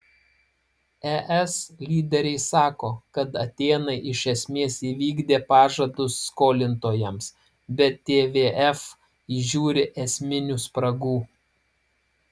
es lyderiai sako kad atėnai iš esmės įvykdė pažadus skolintojams bet tvf įžiūri esminių spragų